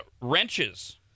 wrenches